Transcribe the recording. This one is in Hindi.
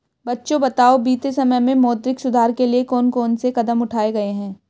बच्चों बताओ बीते समय में मौद्रिक सुधार के लिए कौन से कदम उठाऐ गए है?